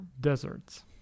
deserts